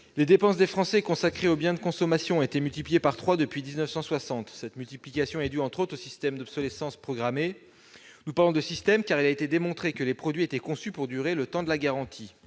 Les dépenses des Français consacrées aux biens de consommation ont été multipliées par trois depuis 1960. Cette évolution est due, entre autres causes, au système de l'obsolescence programmée. Nous parlons bien de système, car il a été démontré que les produits étaient conçus pour durer le temps de la garantie.